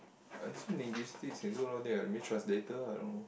ah actually linguistics can do a lot of thing [what] maybe translator I don't know